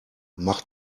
mach